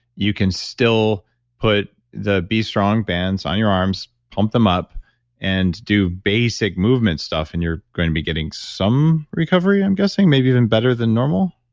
you can still put the b strong bands on your arms, pump them up and do basic movement stuff and you're going to be getting some recovery, i'm guessing maybe even better than normal?